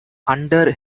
under